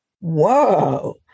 whoa